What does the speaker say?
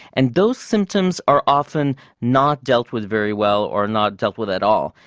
and those symptoms are often not dealt with very well or not dealt with at all,